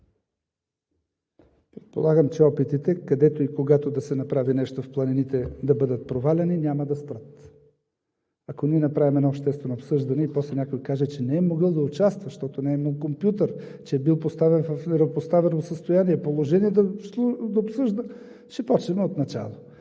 Предполагам, че опитите, където и когато да се направи нещо в планините да бъдат проваляни, няма да спрат. Ако ние направим едно обществено обсъждане и после някой да каже, че не е могъл да участва, защото не е имал компютър, че е бил поставен в неравнопоставено състояние, положение да обсъжда, ще започнем отначало.